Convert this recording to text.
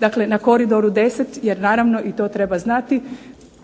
Dakle, na koridoru 10 jer naravno i to treba znati,